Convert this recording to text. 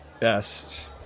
best